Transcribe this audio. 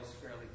fairly